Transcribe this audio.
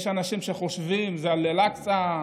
יש אנשים שחושבים שזה על אל-אקצא,